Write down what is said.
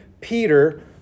Peter